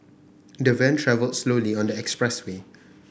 the van travelled slowly on the expressway